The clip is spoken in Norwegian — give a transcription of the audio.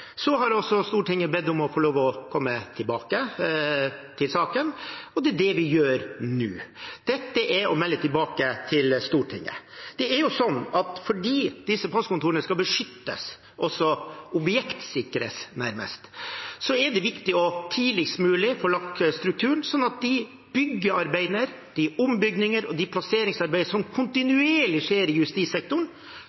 Så har Stortinget bedt om å få komme tilbake til saken. Det er det vi gjør nå, dette er å melde tilbake til Stortinget. Fordi disse passkontorene skal beskyttes – objektsikres, nærmest – er det viktig å få lagt strukturen tidligst mulig, slik at man i de byggearbeidene, de ombyggingene og det plasseringsarbeidet som kontinuerlig skjer i justissektoren, kan ta med seg hvor de